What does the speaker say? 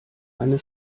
eine